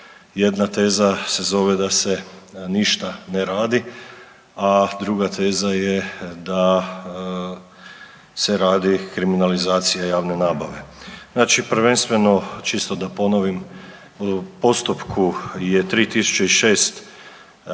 Jedna teza se zove da se ništa ne radi, a druga teza je da se radi kriminalizacija javne nabave. Znači prvenstveno čisto da ponovim u postupku je 3006